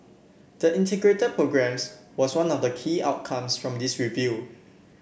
the Integrated Programs was one of the key outcomes from this review